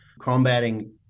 combating